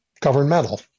governmental